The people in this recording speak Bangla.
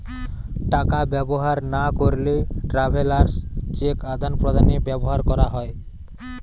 টাকা ব্যবহার না করলে ট্রাভেলার্স চেক আদান প্রদানে ব্যবহার করা হয়